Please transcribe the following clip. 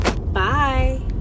Bye